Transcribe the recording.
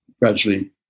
gradually